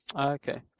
Okay